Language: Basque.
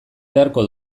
beharko